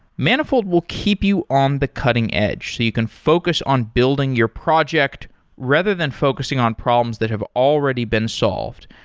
manifold will keep you on the cutting-edge so you can focus on building your project rather than focusing on problems that have already been solved.